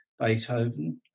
Beethoven